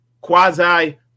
quasi